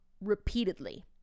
repeatedly